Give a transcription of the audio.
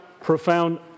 profound